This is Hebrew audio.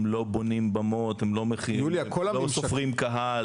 הם לא בונים במות, הם לא סופרים קהל.